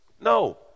No